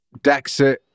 Dexit